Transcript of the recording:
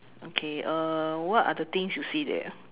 okay uh what are the things you see there